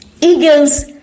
eagles